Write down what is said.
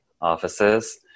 offices